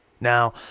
Now